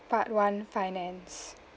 part one finance